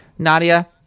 Nadia